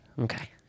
Okay